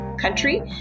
country